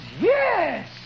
yes